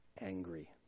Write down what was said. angry